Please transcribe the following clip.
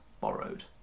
borrowed